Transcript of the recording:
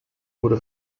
wurde